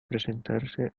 presentarse